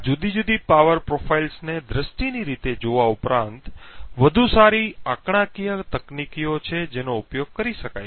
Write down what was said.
આ જુદી જુદી પાવર પ્રોફાઇલ્સને દૃષ્ટિની રીતે જોવા ઉપરાંત વધુ સારી આંકડાકીય તકનીકીઓ છે જેનો ઉપયોગ કરી શકાય છે